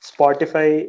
Spotify